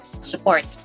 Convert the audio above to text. support